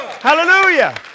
Hallelujah